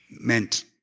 meant